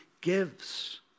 gives